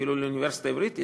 אפילו האוניברסיטה העברית,